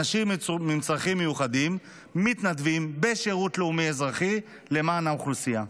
אנשים עם צרכים מיוחדים מתנדבים בשירות לאומי-אזרחי למען האוכלוסייה.